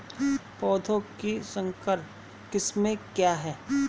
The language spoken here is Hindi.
पौधों की संकर किस्में क्या हैं?